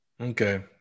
Okay